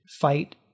fight